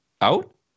out